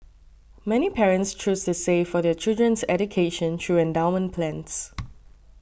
many parents choose to save for their children's education through endowment plans